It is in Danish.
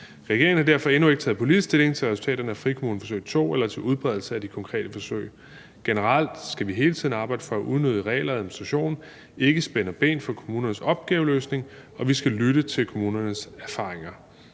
Regeringen har derfor endnu ikke taget politisk stilling til resultaterne af frikommuneforsøg II eller til udbredelse af de konkrete besøg. Generelt skal vi hele tiden arbejde for, at unødige regler og administration ikke spænder ben for kommunernes opgaveløsning, og vi skal lytte til kommunernes erfaringerne,